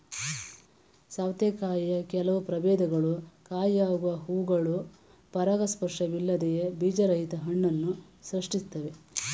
ಸೌತೆಕಾಯಿಯ ಕೆಲವು ಪ್ರಭೇದಗಳು ಕಾಯಾಗುವ ಹೂವುಗಳು ಪರಾಗಸ್ಪರ್ಶವಿಲ್ಲದೆಯೇ ಬೀಜರಹಿತ ಹಣ್ಣನ್ನು ಸೃಷ್ಟಿಸ್ತವೆ